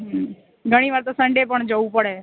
હમ ઘણીવાર તો સંડે પણ જવું પડે